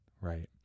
right